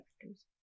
factors